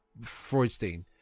Freudstein